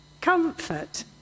Comfort